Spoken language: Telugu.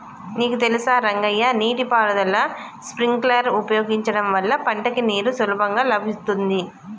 నీకు తెలుసా రంగయ్య నీటి పారుదల స్ప్రింక్లర్ ఉపయోగించడం వల్ల పంటకి నీరు సులభంగా లభిత్తుంది